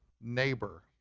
neighbor